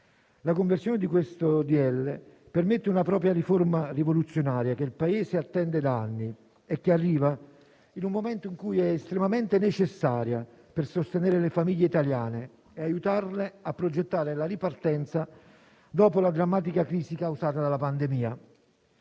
La conversione di questo decreto-legge permette una vera e propria riforma rivoluzionaria che il Paese attende da anni e che arriva in un momento in cui è estremamente necessaria per sostenere le famiglie italiane e aiutarle a progettare la ripartenza dopo la drammatica crisi causata dalla pandemia.